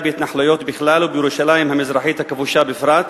בהתנחלויות בכלל ובירושלים המזרחית הכבושה בפרט.